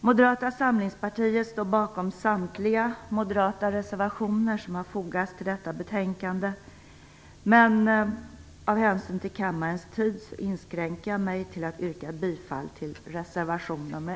Moderata samlingspartiet står bakom samtliga moderata reservationer som har fogats till detta betänkande, men av hänsyn till kammarens tid inskränker jag mig till att yrka bifall till reservation nr